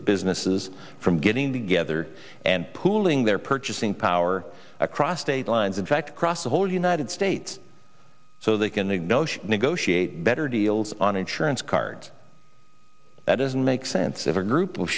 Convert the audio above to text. businesses from getting together and pooling their purchasing power across state lines in fact across the whole united states so they can negotiate negotiate better deals on insurance art that doesn't make sense if a group of